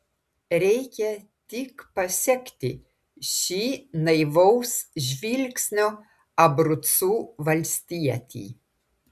reikia tik pasekti šį naivaus žvilgsnio abrucų valstietį